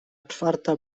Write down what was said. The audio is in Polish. czwarta